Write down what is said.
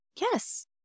yes